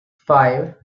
five